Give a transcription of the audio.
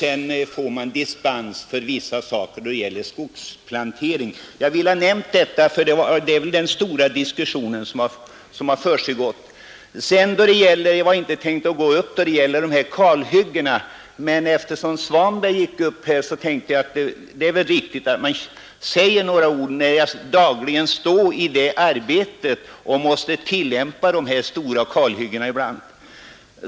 Sedan kan man få dispens för vissa preparat då det gäller skogsplantering. Jag har velat nämna detta med anledning av den stora diskussion som har förts i denna fråga. Jag hade vidare inte tänkt begära ordet för att beröra kalhyggena, men när herr Svanström yttrade sig tänkte jag att det kanske är viktigt att jag säger några ord om detta med hänsyn till att jag dagligen står i sådant arbete och ibland måste genomföra stora kalhyggen.